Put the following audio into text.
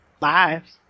lives